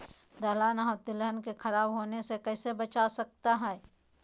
दलहन और तिलहन को खराब होने से कैसे बचाया जा सकता है?